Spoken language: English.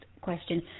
question